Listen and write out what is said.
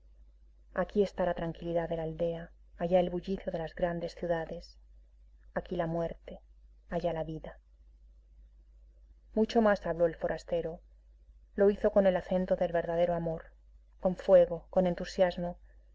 aquí está la tranquilidad de la aldea allá el bullicio de las grandes ciudades aquí la muerte allá la vida mucho más habló el forastero lo hizo con el acento del verdadero amor con fuego con entusiasmo y